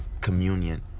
communion